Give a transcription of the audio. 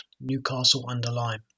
Newcastle-under-Lyme